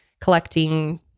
collecting